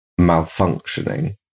malfunctioning